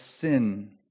sin